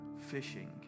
fishing